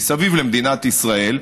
מסביב למדינת ישראל,